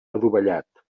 adovellat